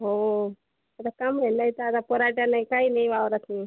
हो आता काम राहिलंय ते आता पोराटाले काही नाही वावरातून